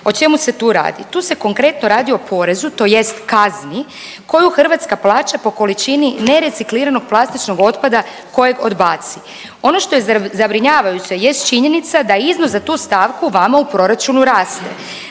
O čemu se tu radi? Tu se konkretno radi o porezu tj. kazni koju Hrvatska plaća po količini nerecikliranog plastičnog otpada kojeg odbaci. Ono što je zabrinjavajuće jest činjenica da iznos za tu stavku vama u proračunu raste.